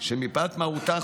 שמפאת מהותה,